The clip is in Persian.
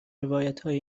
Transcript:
روایتهای